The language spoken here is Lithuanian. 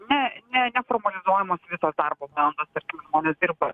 ne ne neformalizuojamos visos darbo valandos ir taip žmonės dirba